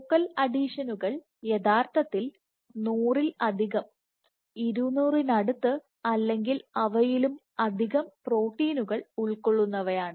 focal അഡീഷനുകൾ യഥാർത്ഥത്തിൽ നൂറിലധികം ഇരുനൂറിനടുത്ത് അല്ലെങ്കിൽ അവയിലും അധികം പ്രോട്ടീനുകൾ ഉൾക്കൊള്ളുന്നവയാണ്